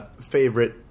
favorite